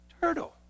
Turtle